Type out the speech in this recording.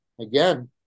again